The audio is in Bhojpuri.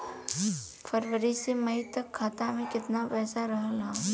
फरवरी से मई तक खाता में केतना पईसा रहल ह?